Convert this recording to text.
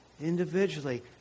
individually